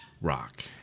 rock